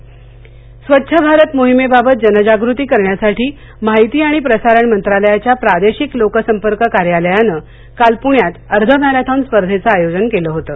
marathon Swachh Bharat मोहिमेबाबत जनजागृती करण्यासाठी माहिती आणि प्रसारण मंत्रालयाच्या प्रादेशिक लोकसंपर्क कार्यालयानं काल प्रण्यात अर्ध मॅरेथॉन स्पर्धेचं आयोजन केलं होतं